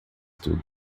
tudo